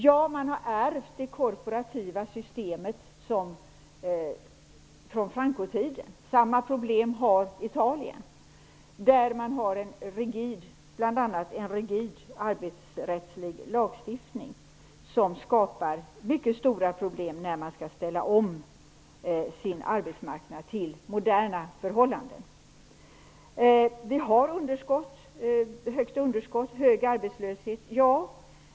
Ja, man har ärvt det korporativa systemet från Francotiden. Samma problem har Italien. Där har man bl.a. en rigid arbetsrättslig lagstiftning som skapar mycket stora problem när arbetsmarknaden skall ställas om och anpassas till moderna förhållanden. Ja, vi har stora underskott och hög arbetslöshet.